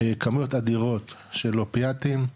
כמויות אדירות של אופיאטים,